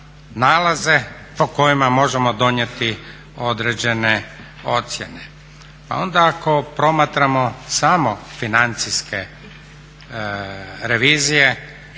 po kojima možemo donijeti određene ocjene. A onda ako promatramo samo financijske revizije